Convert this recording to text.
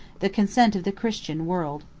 the consent of the christian world.